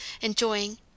enjoying